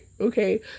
okay